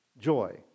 joy